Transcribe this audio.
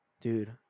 Dude